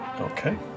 Okay